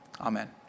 Amen